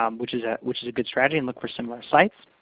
um which is ah which is a good strategy, and look for similar sites.